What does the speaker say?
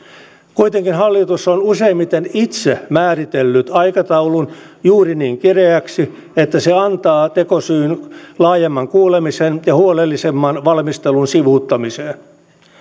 kuitenkin hallitus on useimmiten itse määritellyt aikataulun juuri niin kireäksi että se antaa tekosyyn laajemman kuulemisen ja huolellisemman valmistelun sivuuttamiseen